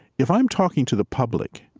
if i'm talking to the public,